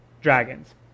dragons